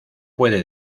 puede